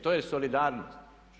To je solidarnost.